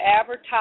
advertise